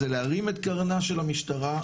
זה להרים את קרנה של המשטרה,